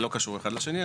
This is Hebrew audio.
לא קשור אחד לשני.